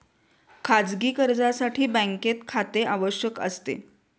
खाजगी कर्जासाठी बँकेत खाते आवश्यक असते